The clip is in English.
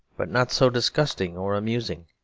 but not so disgusting or amusing.